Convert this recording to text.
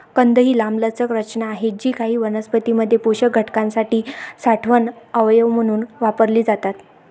कंद ही लांबलचक रचना आहेत जी काही वनस्पतीं मध्ये पोषक घटकांसाठी साठवण अवयव म्हणून वापरली जातात